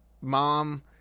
mom